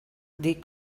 dir